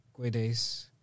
Guedes